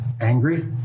angry